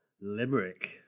Limerick